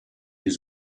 was